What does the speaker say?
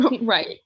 Right